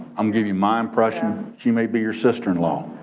i'm giving my impression, she may be your sister-in-law